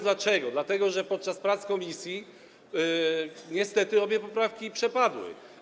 Dlatego że podczas prac komisji niestety obie poprawki przepadły.